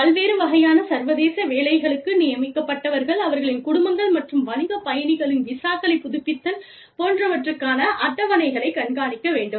பல்வேறு வகையான சர்வதேச வேலைகளுக்கு நியமிக்கப்பட்டவர்கள் அவர்களின் குடும்பங்கள் மற்றும் வணிகப் பயணிகளின் விசாக்களை புதுப்பித்தல் போன்றவற்றுக்கான அட்டவணைகளைக் கண்காணிக்க வேண்டும்